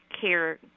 care